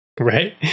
Right